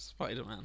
Spiderman